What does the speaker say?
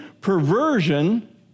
perversion